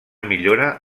millora